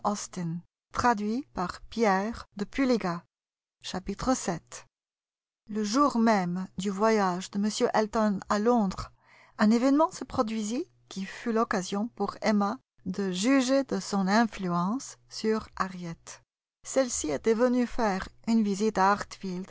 le jour même du voyage de m elton à londres un événement se produisit qui fut l'occasion pour emma de juger de son influence sur harriet celle-ci était venue faire une visite à